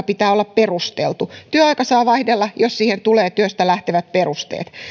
pitää olla perusteltu työaika saa vaihdella jos siihen tulee työstä lähtevät perusteet